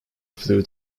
flew